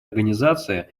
организации